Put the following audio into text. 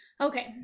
Okay